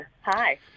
Hi